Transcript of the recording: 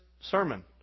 sermon